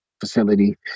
facility